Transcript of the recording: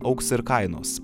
augs ir kainos